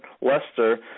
Wester